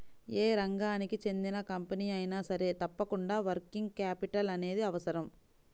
యే రంగానికి చెందిన కంపెనీ అయినా సరే తప్పకుండా వర్కింగ్ క్యాపిటల్ అనేది అవసరం